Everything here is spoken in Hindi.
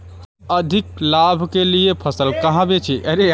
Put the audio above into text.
अधिक लाभ के लिए फसल कहाँ बेचें?